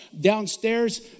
Downstairs